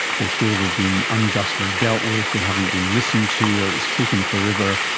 they feel they've been unjustly dealt with, they haven't been listened to or it has taken forever,